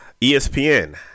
ESPN